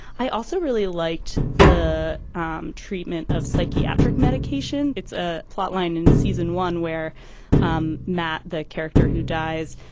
i also really liked the um treatment of psychiatric medication. it's a plotline in season one where um matt the character who dies